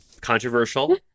Controversial